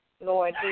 Lord